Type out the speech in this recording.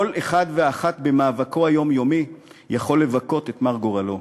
כל אחד ואחת במאבקו היומיומי יכול לבכות את מר גורלו.